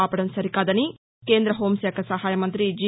ఆపదం సరికాదని కేంద్ర హోంశాఖ సహాయ మంత్రి జి